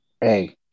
Hey